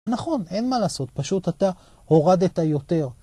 נכון, אין מה לעשות, פשוט אתה הורדת יותר.